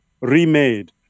remade